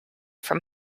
from